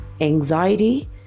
anxiety